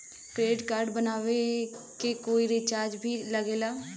Credit card बनवावे के कोई चार्ज भी लागेला?